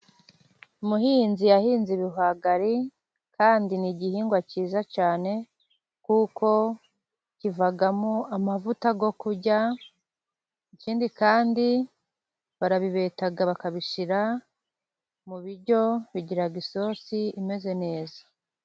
Umuhinzi yahinze ibihwagari, kandi ni igihingwa cyiza cyane, kuko kivamo amavuta yo kurya, ikindi kandi barabibeta bakabishyira mu biryo bigira isosi imeze neza.